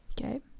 Okay